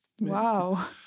Wow